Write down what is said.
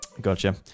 Gotcha